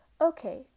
okay